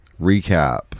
recap